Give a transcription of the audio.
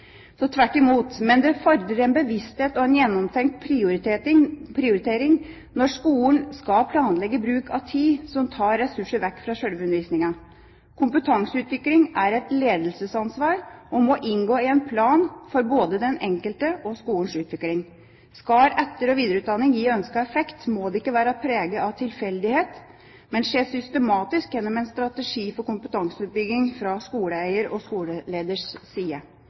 Men det fordrer en bevissthet og gjennomtenkt prioritering når skolen skal planlegge bruk av tid som tar ressurser vekk fra selve undervisningen. Kompetanseutvikling er et ledelsesansvar og må inngå i en plan for både den enkelte og skolens utvikling. Skal etter- og videreutdanning gi ønsket effekt, må det ikke være preget av tilfeldighet, men skje systematisk gjennom en strategi for kompetanseoppbygging fra skoleeier og skoleleders side.